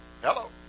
Hello